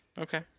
Okay